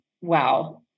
wow